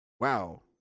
wow